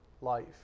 life